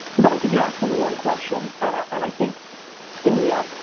but i think you're asking the wrong question, and and i think india,